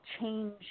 change